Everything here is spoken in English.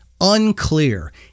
unclear